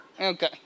Okay